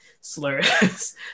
slurs